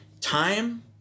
Time